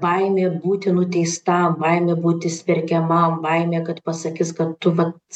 baimė būti nuteistam baimė būti smerkiamam baimė kad pasakys kad tu vat